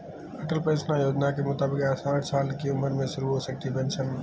अटल pension योजना के मुताबिक साठ साल की उम्र में शुरू हो सकती है पेंशन